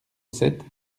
sept